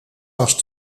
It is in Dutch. was